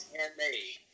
Handmade